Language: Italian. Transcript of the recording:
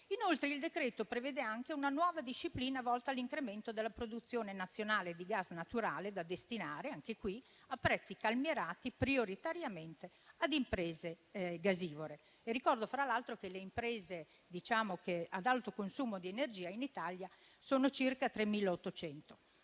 Inoltre, il decreto prevede una nuova disciplina volta all'incremento della produzione nazionale di gas naturale da destinare, anche qui a prezzi calmierati, prioritariamente a imprese gasivore. Ricordo fra l'altro che le imprese ad alto consumo di energia in Italia sono circa 3.800.